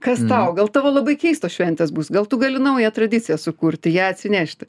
kas tau gal tavo labai keistos šventės bus gal tu gali naują tradiciją sukurti ją atsinešti